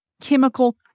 chemical